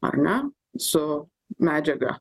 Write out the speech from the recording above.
ar ne su medžiaga